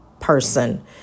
person